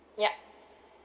yup